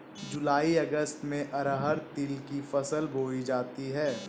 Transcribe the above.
जूलाई अगस्त में अरहर तिल की फसल बोई जाती हैं